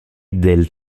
del